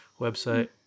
website